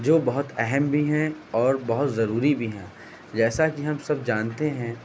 جو بہت اہم بھی ہیں اور بہت ضروری بھی ہیں جیسا کہ ہم سب جانتے ہیں